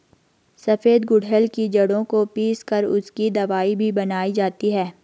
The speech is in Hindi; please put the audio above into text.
सफेद गुड़हल की जड़ों को पीस कर उसकी दवाई भी बनाई जाती है